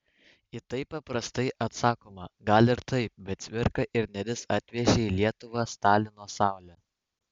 į tai paprastai atsakoma gal ir taip bet cvirka ir nėris atvežė į lietuvą stalino saulę